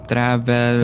Travel